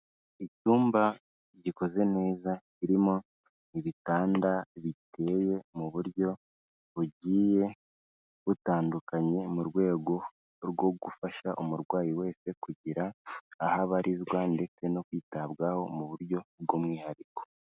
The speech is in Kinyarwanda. Icyumba gikoze neza kirimo ibitanda biteye mu buryo bugiye butandukanye, mu rwego rwo gufasha umurwayi wese kugira aho abarizwa ndetse no kwitabwaho mu buryo bw'umwihariko.